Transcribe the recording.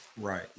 Right